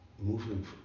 Moving